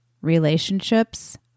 relationships